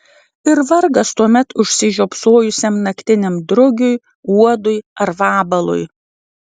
ir vargas tuomet užsižiopsojusiam naktiniam drugiui uodui ar vabalui